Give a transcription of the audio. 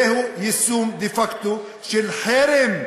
זהו יישום דה-פקטו של חרם,